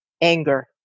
anger